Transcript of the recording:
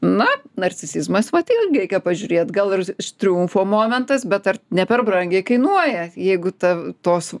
na narcisizmas vat ir reikia pažiūrėt gal ir iš triumfo momentas bet ar ne per brangiai kainuoja jeigu ta tos